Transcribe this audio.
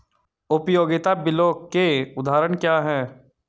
उपयोगिता बिलों के उदाहरण क्या हैं?